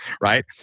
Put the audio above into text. right